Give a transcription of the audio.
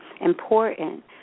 important